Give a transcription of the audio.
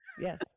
Yes